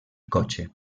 cotxe